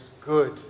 good